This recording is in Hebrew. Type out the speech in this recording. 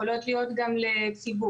יכולות להיות גם לציבור.